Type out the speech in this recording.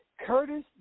Curtis